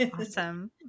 Awesome